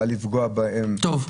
בא לפגוע בהם --- טוב,